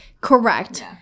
Correct